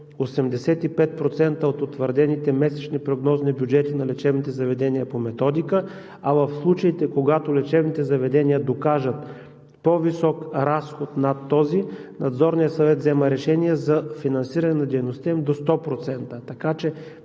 85% от утвърдените месечни прогнозни бюджети на лечебните заведения по методика, а в случаите, когато лечебните заведения докажат по-висок разход над този, Надзорният съвет взема решение за финансиране на дейността им до 100%,